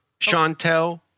Chantel